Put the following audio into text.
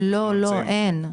לא, אין.